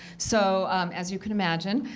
so as you can imagine,